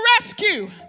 rescue